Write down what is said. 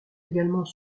également